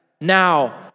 Now